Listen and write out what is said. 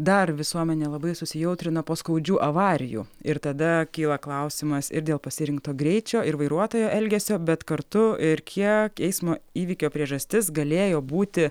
dar visuomenė labai susijautrina po skaudžių avarijų ir tada kyla klausimas ir dėl pasirinkto greičio ir vairuotojo elgesio bet kartu ir kiek eismo įvykio priežastis galėjo būti